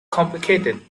complicated